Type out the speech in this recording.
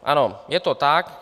Ano, je to tak.